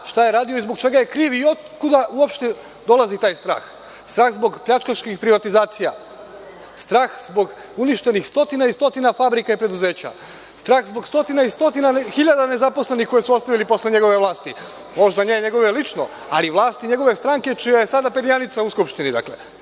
šta je radio i zbog čega je kriv i otkuda uopšte dolazi taj strah, strah zbog pljačkaških privatizacija, strah zbog uništenih stotina i stotina fabrika i preduzeća, strah zbog stotina i stotina hiljada nezaposlenih koje ste ostavili posle njegove vlasti, možda ne njegove lično, ali vlast iz njegove stranke čija je sada perjanica u Skupštini. Razumem